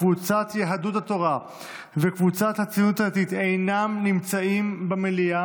קבוצת יהדות התורה וקבוצת הציונות הדתית אינם נמצאים במליאה,